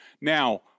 Now